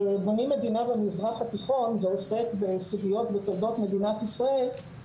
מדינות במזרח התיכון ועוסק בסוגיות מתולדות מדינת ישראל,